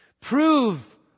Prove